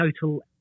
total